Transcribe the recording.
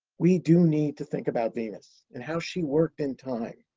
we do need to think about venus and how she worked in time.